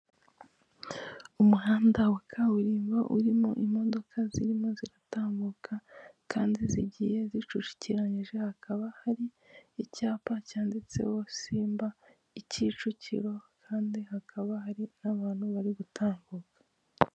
Umuhanda wa kaburimbo urimo imodoka zirimo ziratambuka kandi zigiye zicucikiranyije, hakaba hari icyapa cyanditseho simba i Kicukiro kandi hakaba hari n'abantu bari gutambuka.